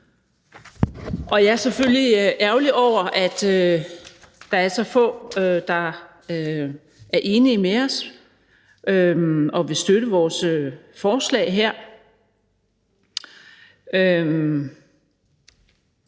Jeg er selvfølgelig ærgerlig over, at der er så få, der er enige med os og vil støtte vores forslag her.